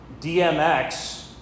DMX